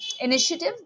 initiative